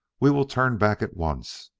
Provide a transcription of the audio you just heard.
we will turn back at once,